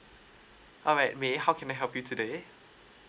alright may how can I help you today